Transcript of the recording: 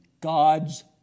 God's